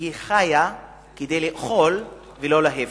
שהיא חיה כדי לאכול ולא להיפך.